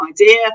idea